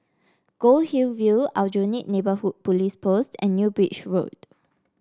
Goldhill View Aljunied Neighbourhood Police Post and New Bridge Road